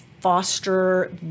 foster